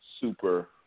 super